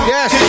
Yes